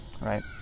right